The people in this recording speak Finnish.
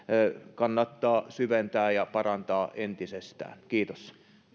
kannattaa syventää ja parantaa entisestään kiitos